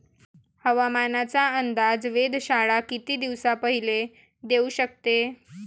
हवामानाचा अंदाज वेधशाळा किती दिवसा पयले देऊ शकते?